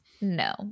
No